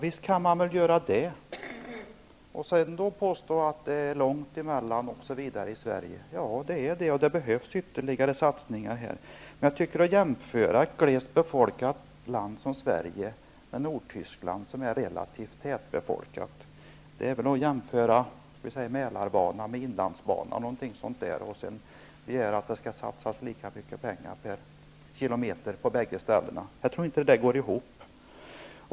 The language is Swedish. Visst kan man göra det och samtidigt påstå att det är långa avstånd i Sverige. Det krävs ytterligare satsningar här. Men att jämföra ett glest befolkat land som Sverige med Nordtyskland, som är relativt tätbefolkat, är ungefär som att jämföra Mälarbanan med inlandsbanan och sedan begära att det skall satsas lika mycket pengar per kilometer på bägge banorna. Det går inte ihop.